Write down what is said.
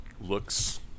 looks